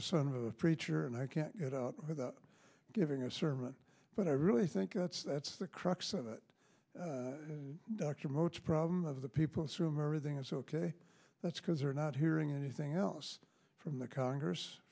the son of a preacher and i can't get out without giving a sermon but i really think that's that's the crux of it dr moats problem of the people assume everything is ok that's because they're not hearing anything else from the congress